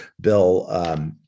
Bill